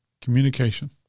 communication